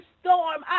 storm